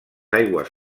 aigües